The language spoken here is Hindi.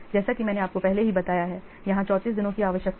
जैसा कि मैंने आपको पहले ही बताया है यहां 34 दिनों की आवश्यकता है